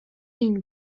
این